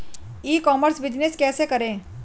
ई commerce business कैसे करें?